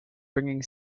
bringing